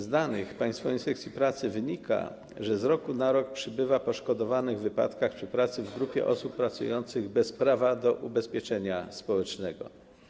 Z danych Państwowej Inspekcji Pracy wynika, że z roku na rok przybywa poszkodowanych w wypadkach przy pracy w grupie osób pracujących bez prawa do ubezpieczenia społecznego.